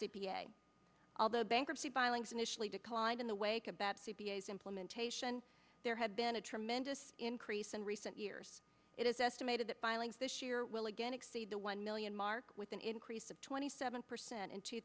a although bankruptcy filings initially declined in the wake of that c b s implementation there had been a tremendous increase in recent years it is estimated that filings this year will again exceed the one million mark with an increase of twenty seven percent in two